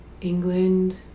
England